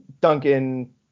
Duncan